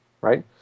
right